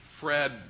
Fred